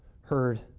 heard